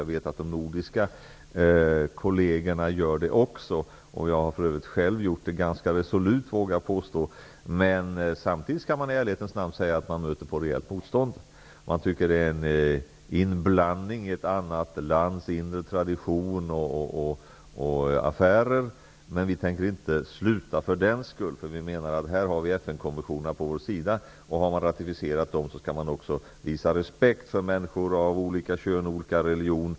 Jag vet att de nordiska kollegerna också gör det. Jag vågar påstå att jag själv har gjort det på ett resolut sätt. Men samtidigt, i ärlighetens namn, möter vi rejält motstånd. Man tycker att det är en inblandning i ett annat lands inre traditioner och affärer. Men vi tänker inte sluta för den skull. Vi menar att vi har FN-konventionerna på vår sida. Har man ratificerat dem skall man också visa respekt för människor av olika kön och religion.